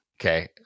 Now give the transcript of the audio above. Okay